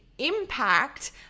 impact